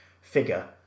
figure